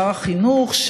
שר החינוך,